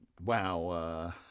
Wow